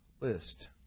list